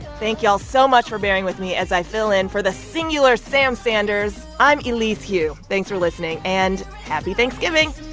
thank y'all so much for baring with me as i fill in for the singular sam sanders. i'm elise hu. thanks for listening. and happy thanksgiving